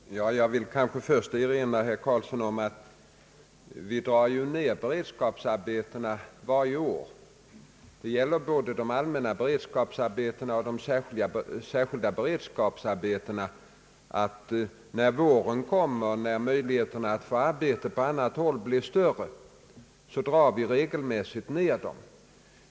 Herr talman! Jag vill kanske först erinra herr Ove Karlsson om att vi varje år när våren kommer och möjligheterna att få arbete på annat håll blir större regelmässigt drar ned både de allmänna beredskapsarbetena och de särskilda beredskapsarbetena.